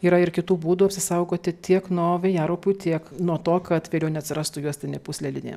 yra ir kitų būdų apsisaugoti tiek nuo vėjaraupių tiek nuo to kad vėliau neatsirastų juostinė pūslelinė